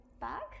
back